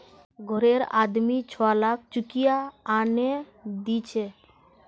घररे आदमी छुवालाक चुकिया आनेय दीछे